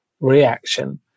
reaction